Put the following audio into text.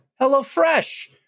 HelloFresh